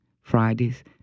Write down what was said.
Fridays